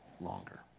longer